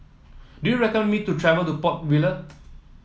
do you recommend me to travel to Port Vila